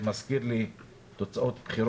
זה דבר שלא היה בעבר.